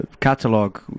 catalog